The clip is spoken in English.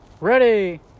Ready